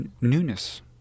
newness